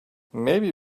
maybe